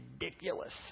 ridiculous